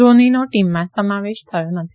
ધોનીનો ટીમમાં સમાવેશ થયો નથી